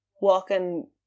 walking